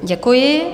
Děkuji.